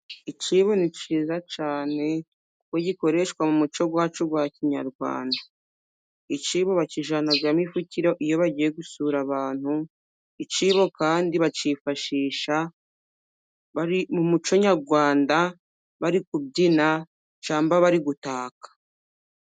Icyibo ni cyiza cyane, kuko gikoreshwa mu muco wacu wa kinyarwanda. Icyibo bakijyanamo ifukire iyo bagiye gusura abantu, icyibo kandi bakifashisha mu muco nyarwanda, bari kubyina, cyangwa bari gutaka.